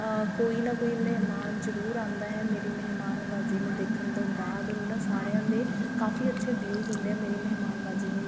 ਕੋਈ ਨਾ ਕੋਈ ਮਹਿਮਾਨ ਜ਼ਰੂਰ ਆਉਂਦਾ ਹੈ ਮੇਰੀ ਮਹਿਮਾਨ ਨਵਾਜ਼ੀ ਨੂੰ ਦੇਖਣ ਤੋਂ ਬਾਅਦ ਔਰ ਉਹਨਾਂ ਸਾਰਿਆਂ ਦੇ ਕਾਫੀ ਅੱਛੇ ਵਿਊਜ਼ ਹੁੰਦੇ ਹੈ ਮੇਰੀ ਮਹਿਮਾਨ ਨਵਾਜ਼ੀ ਨੂੰ ਲੈ ਕੇ